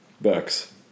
Bucks